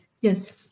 Yes